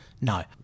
No